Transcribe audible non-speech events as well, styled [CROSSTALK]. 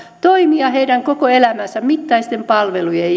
toimia heidän koko elämänsä mittaisten palvelujen [UNINTELLIGIBLE]